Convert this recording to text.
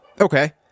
Okay